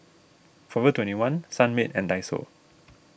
forever twenty one Sunmaid and Daiso